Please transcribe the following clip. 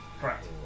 Correct